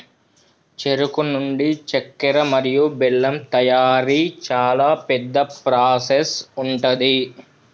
చెరుకు నుండి చెక్కర మరియు బెల్లం తయారీ చాలా పెద్ద ప్రాసెస్ ఉంటది